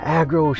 aggro